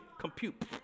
compute